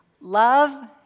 Love